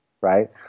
right